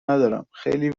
ندارم، خیلی